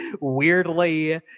weirdly